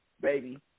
baby